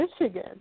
Michigan